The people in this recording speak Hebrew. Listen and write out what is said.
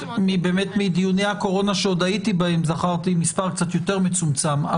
מדיוני הקורונה שהייתי בהם זכרתי מספר יותר מצומצם.